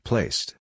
Placed